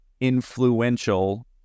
influential